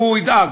הוא ידאג,